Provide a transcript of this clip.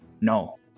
No